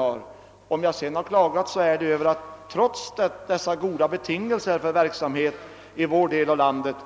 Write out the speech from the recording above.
Har jag klagat beror det på att det, trots dessa goda betingelser för verksamhet i vår del av landet,